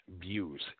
views